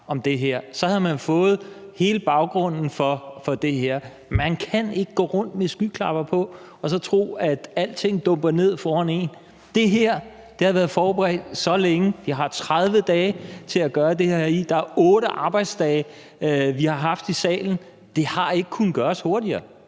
så havde man jo fået hele baggrunden for det. Man kan ikke gå rundt med skyklapper på og så tro, at alting dumper ned foran en. Det her har været forberedt så længe; jeg har 30 dage til at gøre det her i. Vi har haft 8 arbejdsdage i salen. Det har ikke kunnet gøres hurtigere.